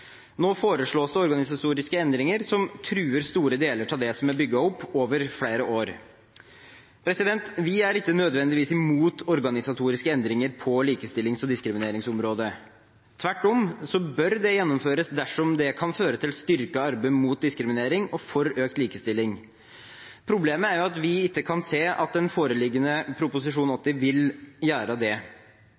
Nå foreslås det organisatoriske endringer som truer store deler av det som er bygget opp over flere år. Vi er ikke nødvendigvis imot organisatoriske endringer på likestillings- og diskrimineringsområdet – tvert imot. Det bør gjennomføres dersom det kan føre til styrket arbeid mot diskriminering og for økt likestilling. Problemet er at vi ikke kan se at den foreliggende Prop. 80 L for 2016–2017 vil gjøre det.